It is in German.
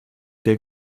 der